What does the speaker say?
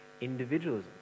individualism